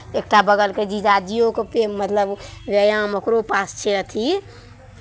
एकटा बगलके जीजाजीओके पे मतलब मतलब व्यायाम ओकरो पास छै अथी